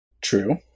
True